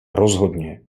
rozhodně